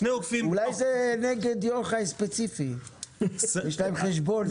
אולי זה נגד יוחאי ספציפית, יש להם חשבון איתו.